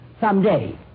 Someday